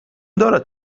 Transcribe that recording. دارد